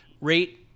rate